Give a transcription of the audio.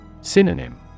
Synonym